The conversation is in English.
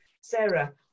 Sarah